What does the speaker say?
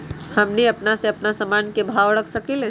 हमनी अपना से अपना सामन के भाव न रख सकींले?